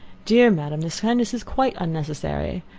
dear ma'am, this kindness is quite unnecessary.